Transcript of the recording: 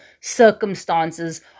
circumstances